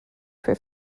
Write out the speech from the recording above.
for